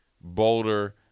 Boulder